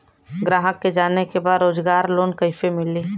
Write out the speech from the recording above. ग्राहक के जाने के बा रोजगार लोन कईसे मिली?